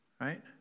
right